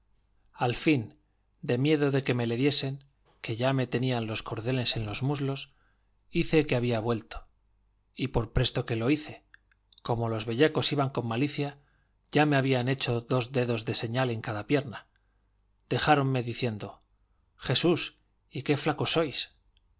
al fin de miedo de que me le diesen que ya me tenían los cordeles en los muslos hice que había vuelto y por presto que lo hice como los bellacos iban con malicia ya me habían hecho dos dedos de señal en cada pierna dejáronme diciendo jesús y qué flaco sois